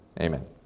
Amen